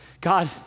God